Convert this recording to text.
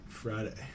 Friday